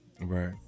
Right